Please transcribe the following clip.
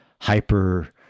hyper